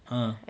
ah